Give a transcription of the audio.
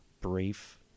brief